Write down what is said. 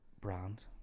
brand